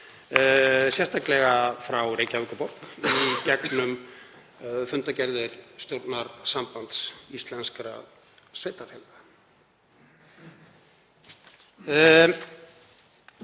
sérstaklega frá Reykjavíkurborg í gegnum fundargerðir stjórnar Sambands íslenskra sveitarfélaga.